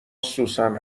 سوسن